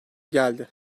geldi